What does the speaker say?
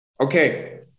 okay